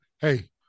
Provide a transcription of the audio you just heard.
hey